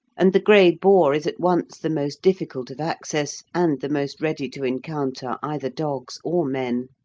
and the grey boar is at once the most difficult of access, and the most ready to encounter either dogs or men.